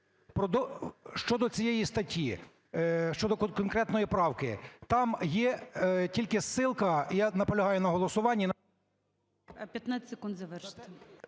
Щодо цієї статті щодо конкретної правки. Там є тільки ссылка, і я наполягаю на голосуванні